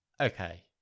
Okay